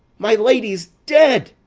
my lady's dead!